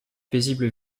paisible